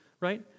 right